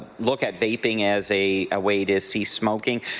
look at vaping as a way to cease smoking,